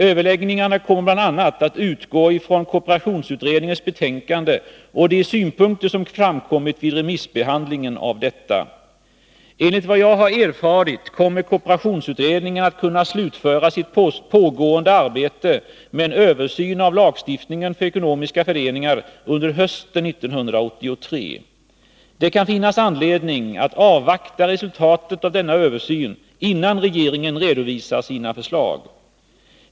Överläggningarna kommer bl.a. att utgå ifrån kooperationsutredningens betänkande och de synpunkter som framkommit vid remissbehandlingen av detta. Enligt vad jag har erfarit kommer kooperationsutredningen att kunna slutföra sitt pågående arbete med en översyn av lagstiftningen för ekonomiska föreningar under hösten 1983. Det kan finnas anledning att avvakta resultatet av denna översyn innan regeringen redovisar sina förslag.